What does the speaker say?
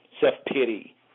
self-pity